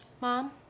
Mom